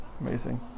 amazing